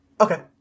Okay